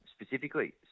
specifically